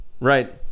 right